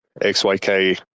XYK